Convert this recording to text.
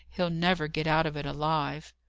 hell never get out of it alive.